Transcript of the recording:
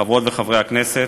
חברות וחברי הכנסת,